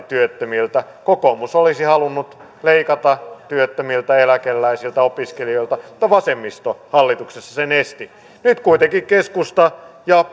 työttömiltä kokoomus olisi halunnut leikata työttömiltä eläkeläisiltä opiskelijoilta mutta vasemmisto hallituksessa sen esti nyt kuitenkin keskusta ja